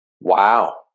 Wow